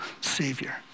savior